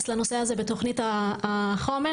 לנושא הזה בתוכנית החומש.